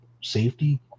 safety